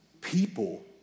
people